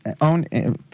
Own